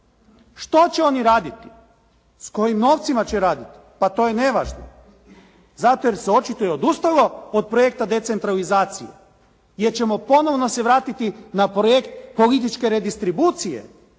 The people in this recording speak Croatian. Što će oni raditi? S kojim novcima će raditi? Pa to je nevažno. Zato jer se očito i odustalo od projekta decentralizacije gdje ćemo ponovno se vratiti na projekt političke redistribucije,